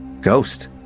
Ghost